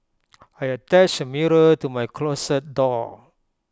I attached A mirror to my closet door